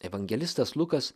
evangelistas lukas